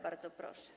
Bardzo proszę.